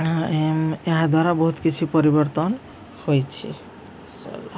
ଏହା ଦ୍ୱାରା ବହୁତ କିଛି ପରିବର୍ତ୍ତନ ହୋଇଛି